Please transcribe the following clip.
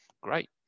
Great